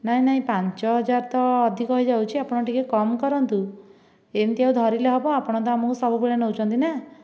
ନାଇଁ ନାଇଁ ପାଞ୍ଚ ହଜାର ତ ଅଧିକ ହୋଇଯାଉଛି ଆପଣ ଟିକେ କମ୍ କରନ୍ତୁ ଏମତି ଆଉ ଧରିଲେ ହବ ଆପଣତ ଆମକୁ ସବୁବେଳେ ନଉଛନ୍ତି ନା